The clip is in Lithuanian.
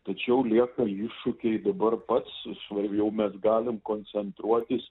tačiau lieka iššūkiai dabar pats jau mes galim koncentruotis